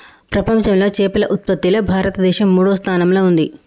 ప్రపంచంలా చేపల ఉత్పత్తిలా భారతదేశం మూడో స్థానంలా ఉంది